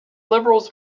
liberals